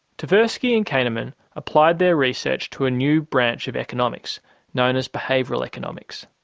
tversky and kahneman applied their research to a new branch of economics known as behavioural economics.